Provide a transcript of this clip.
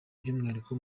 by’umwihariko